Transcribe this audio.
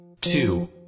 two